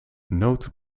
nood